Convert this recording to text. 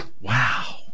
wow